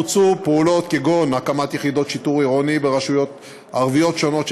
בוצעו פעולות כגון הקמת יחידות שיטור עירוני ברשויות ערביות שונות,